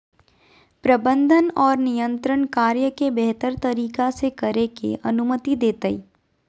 प्रबंधन और नियंत्रण कार्य के बेहतर तरीका से करे के अनुमति देतय